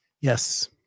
Yes